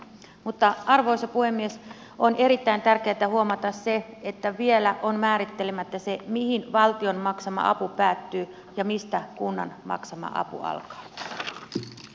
mutta arvoisa puhemies on erittäin tärkeätä huomata se että vielä on määrittelemättä mihin valtion maksama apu päättyy ja mistä kunnan maksama apu alkaa